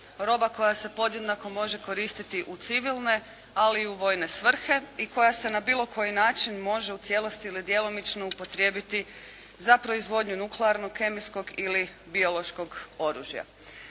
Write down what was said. roba koja se podjednako može koristiti u civilne ali i u vojne svrhe, i koja se na bilo koji način može u cijelosti ili djelomično upotrijebiti za proizvodnju nuklearnog, kemijskog ili biološkog oružja.